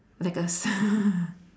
like a s~